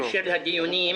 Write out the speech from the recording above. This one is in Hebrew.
בשל הדיונים